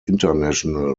international